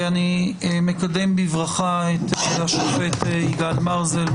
אני מקדם בברכה את השופט יגאל מרזל,